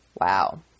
Wow